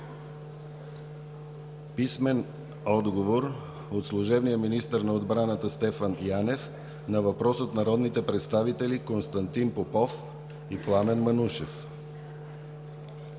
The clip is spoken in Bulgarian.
Пламен Манушев; - служебния министър на отбраната Стефан Янев на въпрос от народните представители Константин Попов и Пламен Манушев;